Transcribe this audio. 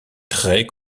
très